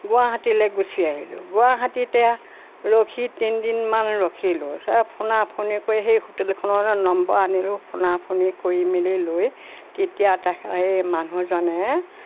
গুৱাহাটীলৈ গুচি আহিলোঁ গুৱাহাটীতে ৰখি তিনদিনমান ৰখিলোঁ ফোনা ফোনি কৰি সেই হোটেলখনৰ নম্বৰ আনিলোঁ ফোনা ফোনি কৰি মেলি লৈ তেতিয়া তাকে এই মানুহজনে